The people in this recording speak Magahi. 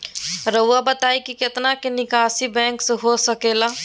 रहुआ बताइं कि कितना के निकासी बैंक से हो सके ला?